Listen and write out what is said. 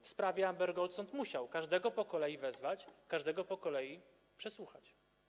W sprawie Amber Gold sąd musiał każdego po kolei wezwać, każdego po kolei przesłuchać.